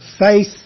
Faith